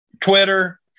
Twitter